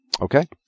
Okay